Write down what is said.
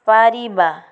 ପାରିବା